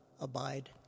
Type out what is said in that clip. abide